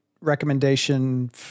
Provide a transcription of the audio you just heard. recommendation